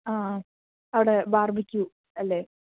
ആ അവിടെ ബാർബിക്യൂ അല്ലേ